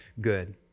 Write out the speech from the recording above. good